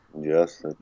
Yes